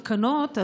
מעודכנות,